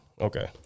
Okay